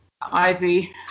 Ivy